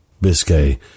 Biscay